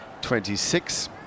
26